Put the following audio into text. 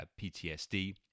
PTSD